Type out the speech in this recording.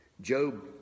Job